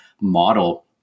model